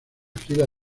gira